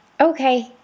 Okay